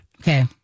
Okay